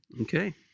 Okay